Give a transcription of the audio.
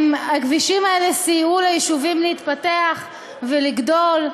הכבישים האלה סייעו ליישובים להתפתח ולגדול.